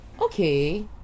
Okay